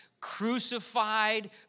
crucified